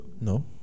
No